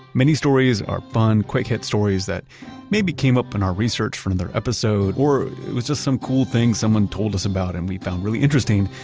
mini-stories are fun, quick-hit stories that maybe came up in our research for another episode or it was just some cool thing someone told us about and we found really interesting,